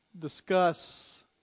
Discuss